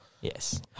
yes